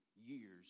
years